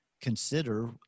consider